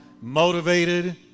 motivated